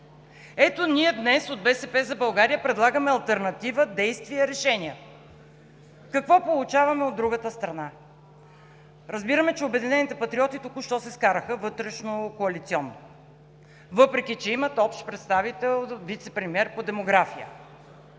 Ето ние днес от „БСП за България“ предлагаме алтернатива, действия, решения. Какво получаваме от другата страна? Разбира ме, че „Обединените патриоти“ току-що се скараха вътрешнокоалиционно, въпреки че имат общ представител – вицепремиер по демография.